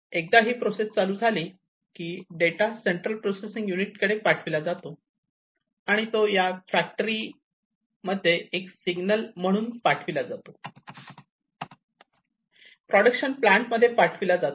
एकदा ही प्रोसेस चालू झाली की डेटा सेंट्रल प्रोसेसिंग युनिट कडे पाठविला जातो आणि तो त्या फॅक्टरीमध्ये एक सिग्नल म्हणून पाठविला जातो प्रोडक्शन प्लांट मध्ये पाठविला जातो